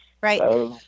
Right